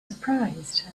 surprised